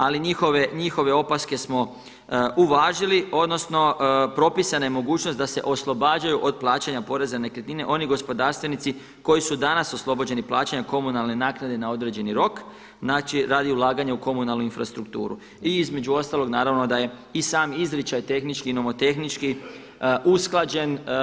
Ali njihove opaske smo uvažili, odnosno propisana je mogućnost da se oslobađaju od plaćanja poreza na nekretnine oni gospodarstvenici koji su danas oslobođeni plaćanja komunalne naknade na određeni rok, znači radi ulaganja u komunalnu infrastrukturu i između ostalog naravno da je i sam izričaj tehnički i nomotehnički usklađen.